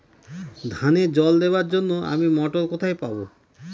ধানে জল দেবার জন্য আমি মটর কোথায় পাবো?